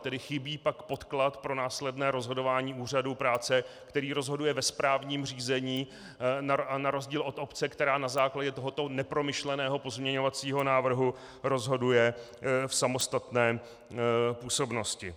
Tedy chybí pak podklad pro následné rozhodování úřadu práce, který rozhoduje ve správním řízení, na rozdíl od obce, která na základě tohoto nepromyšleného pozměňovacího návrhu rozhoduje v samostatné působnosti.